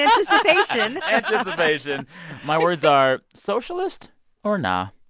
anticipation anticipation my words are socialist or nah.